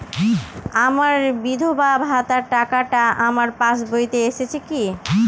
আমার বিধবা ভাতার টাকাটা আমার পাসবইতে এসেছে কি?